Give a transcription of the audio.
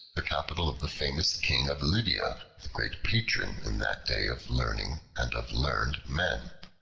the capital of the famous king of lydia, the great patron, in that day, of learning and of learned men.